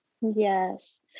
Yes